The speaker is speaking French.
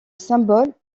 symbole